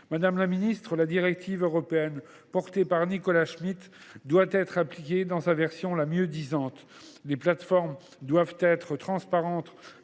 Madame la ministre, la directive européenne issue des efforts de Nicolas Schmit doit être appliquée dans sa version la mieux disante. Les plateformes doivent être transparentes